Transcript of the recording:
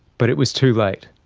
but it was too late.